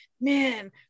man